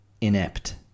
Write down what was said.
inept